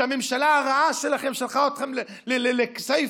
שהממשלה הרעה שלכם שלחה אותם לכסייפה,